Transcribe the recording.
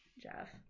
Jeff